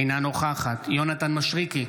אינה נוכחת יונתן מישרקי,